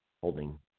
holding